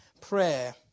prayer